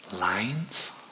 lines